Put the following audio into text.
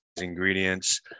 ingredients